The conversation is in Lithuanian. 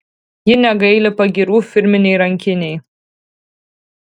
ji negaili pagyrų firminei rankinei